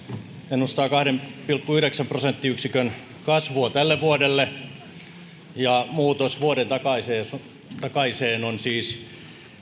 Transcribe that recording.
ennustaa kahden pilkku yhdeksän prosenttiyksikön kasvua tälle vuodelle muutos vuoden takaiseen takaiseen on siis